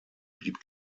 blieb